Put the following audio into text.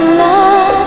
love